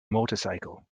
motorcycle